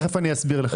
תיכף אסביר לך.